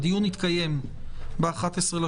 הדיון יתקיים ב-11.7.